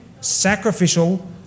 sacrificial